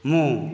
ମୁଁ